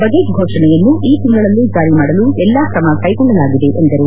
budget ಫೋಷಣೆಯನ್ನು ಈ ತಿಂಗಳಲ್ಲೇ ಜಾರಿ ಮಾಡಲು ಎಲ್ಲಾ ಕ್ರಮ ಕ್ಕೆಗೊಳ್ಳಲಾಗಿದೆ ಎಂದರು